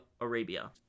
Arabia